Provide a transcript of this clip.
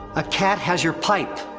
a cat has your pipe!